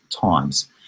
times